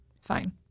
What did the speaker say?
Fine